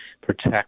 protect